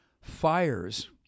fires